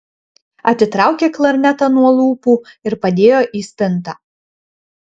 atitraukė klarnetą nuo lūpų ir padėjo į spintą